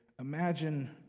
imagine